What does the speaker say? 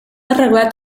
arreglat